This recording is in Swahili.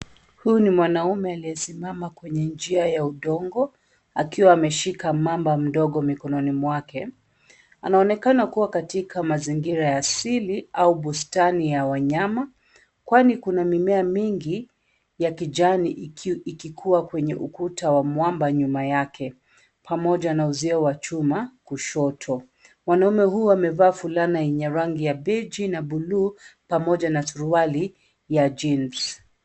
Huyu ni mwanaume aliyesimama kwenye njia ya udongo akiwa ameshika mamba mdogo mikononi mwake. Anaonekana kua katika mazingira ya asili au bustani ya wanyama kwani kuna mimea mingi ya kijani ikikua kwenye ukuta wa mwamba nyuma yake, pamoja na uzio wa chuma kushoto. Mwanaume huu amevaa fulana yenye rangi ya Beige na bluu pamoja na suruali ya jeans .